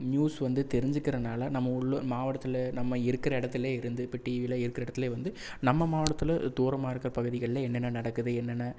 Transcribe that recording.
news வந்து தெரிஞ்சிக்கிறதுனால நம்ம உள்ளூர் மாவட்டத்தில் நம்ம இருக்கிற எடத்துலேயே இருந்து இப்போ டிவியில் இருக்கிற எடத்துலேயே வந்து நம்ம மாவட்டத்தில் தூரமாக இருக்கிற பகுதிகளில் என்னென்ன நடக்குது என்னென்ன